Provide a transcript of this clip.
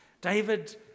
David